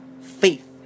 faith